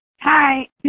Hi